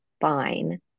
fine